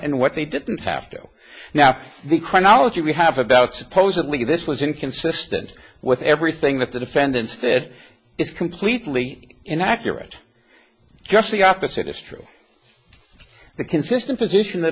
and what they didn't have to do now the chronology we have about supposedly this was inconsistent with everything that the defendants did it is completely inaccurate just the opposite is true the consistent position the